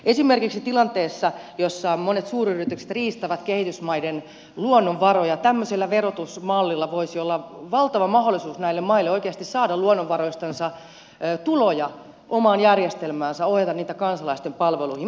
esimerkiksi tilanteessa jossa monet suuryritykset riistävät kehitysmaiden luonnonvaroja tämmöisellä verotusmallilla voisi olla valtava mahdollisuus näille maille oikeasti saada luonnonvaroistansa tuloja omaan järjestelmäänsä ohjata niitä kansalaisten palveluihin